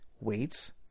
weights